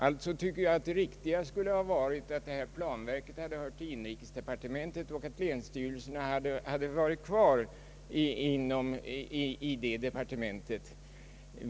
Det hade därför enligt min uppfattning varit riktigast att planverket hade hört till inrikesdepartementet och att länsstyrelserna hade stannat kvar under inrikesdepartementet.